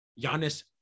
Giannis